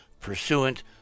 pursuant